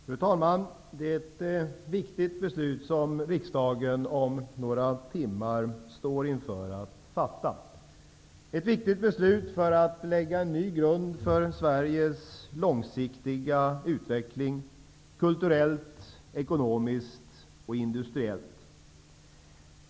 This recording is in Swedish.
Fru talman! Det är ett viktigt beslut som riksdagen om några timmar står inför att fatta. Det är ett viktigt beslut för att lägga ny grund för Sveriges långsiktiga utveckling: kulturellt, ekonomiskt och industriellt.